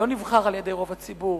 לא נבחר על-ידי רוב הציבור.